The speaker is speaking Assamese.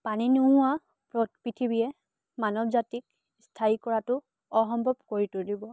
পানী নোহোৱা পৃথিৱীয়ে মানৱ জাতিক স্থায়ী কৰাটো অসম্ভৱ কৰি তুলিব